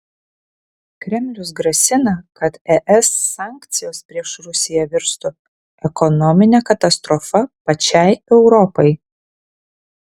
kremlius grasina kad es sankcijos prieš rusiją virstų ekonomine katastrofa pačiai europai